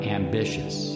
ambitious